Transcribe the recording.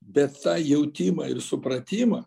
bet tą jautimą ir supratimą